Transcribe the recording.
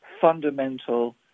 fundamental